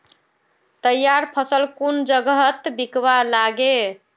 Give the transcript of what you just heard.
तैयार फसल कुन जगहत बिकवा लगे?